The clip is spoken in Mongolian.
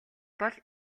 бол